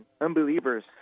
unbelievers